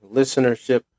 listenership